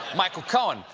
michael cohen.